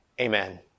Amen